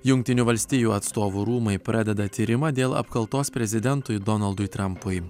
jungtinių valstijų atstovų rūmai pradeda tyrimą dėl apkaltos prezidentui donaldui trampui